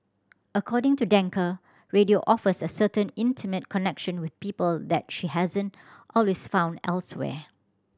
according to Danker radio offers a certain intimate connection with people that she hasn't always found elsewhere